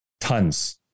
Tons